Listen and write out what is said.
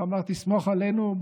ואמר: תסמוך עלינו,